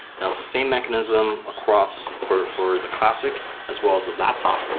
now, it's the same mechanism across. for for the classic as well as the laptop.